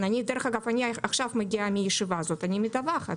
אגב, אני עכשיו מגיעה מהישיבה הזאת ואני מתווכת